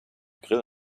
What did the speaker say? grill